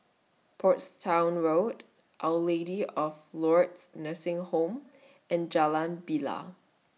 Portsdown Road Our Lady of Lourdes Nursing Home and Jalan Bilal